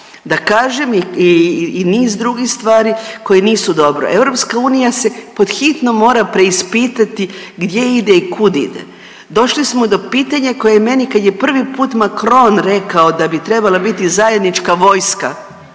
da kažem i niz drugih stvari koje nisu dobre. EU se pod hitno mora preispitati gdje ide i kud ide. Došli smo do pitanja koje meni kad je prvi put Macron rekao da bi trebala biti zajednička vojska,